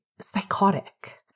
psychotic